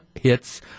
hits